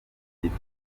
byuma